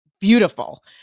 beautiful